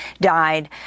died